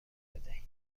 بدهید